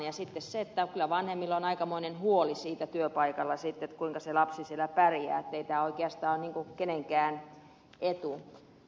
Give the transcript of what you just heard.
ja sitten kyllä vanhemmilla on aikamoinen huoli työpaikalla siitä kuinka se lapsi siellä pärjää että ei tämä oikeastaan ole kenenkään etu